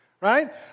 right